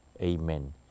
Amen